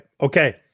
Okay